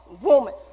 woman